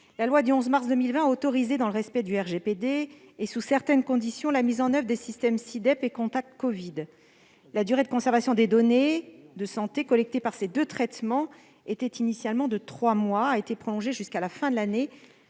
La loi du 11 mars 2020 a autorisé, dans le respect du RGPD et sous certaines conditions, la mise en oeuvre des systèmes Sidep et Contact Covid. La durée de conservation des données de santé collectées par le biais de ces deux systèmes de traitement était initialement de trois mois ; elle a été prolongée jusqu'à la fin de l'année